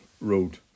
Road